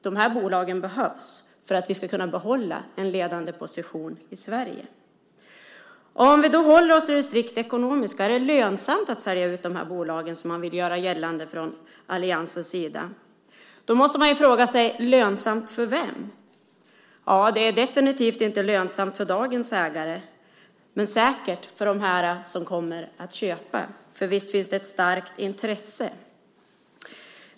De här bolagen behövs för att vi ska kunna behålla en ledande position i Sverige. Låt oss hålla oss till det strikt ekonomiska. Är det lönsamt att sälja ut de här bolagen, som alliansen vill göra gällande? Då måste man fråga sig: Lönsamt för vem? Det är definitivt inte lönsamt för dagens ägare men säkert för dem som kommer att köpa, för visst finns det ett starkt intresse.